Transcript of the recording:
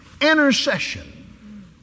Intercession